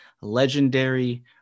legendary